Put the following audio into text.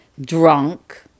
drunk